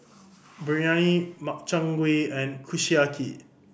Biryani Makchang Gui and Kushiyaki